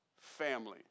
family